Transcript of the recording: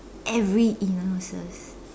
every illnesses